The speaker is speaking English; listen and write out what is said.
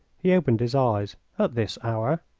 he opened his eyes. at this hour?